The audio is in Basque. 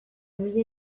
mila